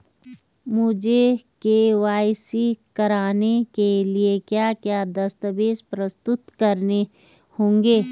मुझे के.वाई.सी कराने के लिए क्या क्या दस्तावेज़ प्रस्तुत करने होंगे?